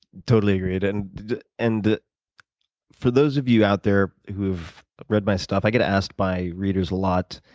totally agreed. and and for those of you out there who have read my stuff, i get asked by readers a lot,